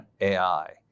AI